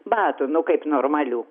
batų nu kaip normalių